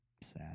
Sad